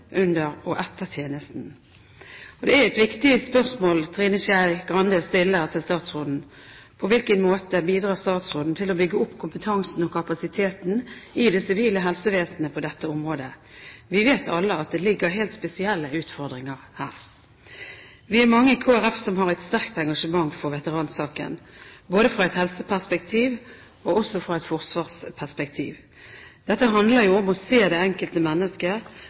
under og etter tjenesten. Og det er et viktig spørsmål Trine Skei Grande stiller til statsråden: På hvilken måte bidrar statsråden til å bygge opp kompetanse og kapasitet i det sivile helsevesenet på dette området? Vi vet alle at det ligger helt spesielle utfordringer her. Vi er mange i Kristelig Folkeparti som har et sterkt engasjement for veteransaken, både fra et helseperspektiv og også fra et forsvarsperspektiv. Dette handler jo om å se det enkelte mennesket